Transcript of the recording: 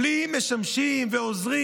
בלי משמשים ועוזרים.